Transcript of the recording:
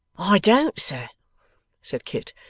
i don't, sir said kit,